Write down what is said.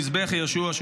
מזבח יהושע,